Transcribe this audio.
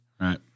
Right